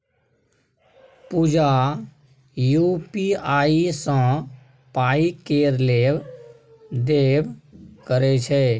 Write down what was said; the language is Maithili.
पुजा यु.पी.आइ सँ पाइ केर लेब देब करय छै